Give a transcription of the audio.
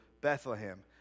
Bethlehem